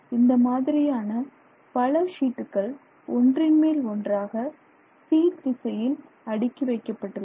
இந்த மாதிரியான பல ஷீட்டுக்கள் ஒன்றின்மேல் ஒன்றாக "c" திசையில் அடுக்கி வைக்கப்பட்டுள்ளன